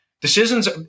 decisions